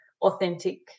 authentic